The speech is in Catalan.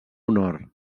honor